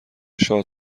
شاد